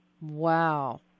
wow